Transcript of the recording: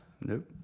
Nope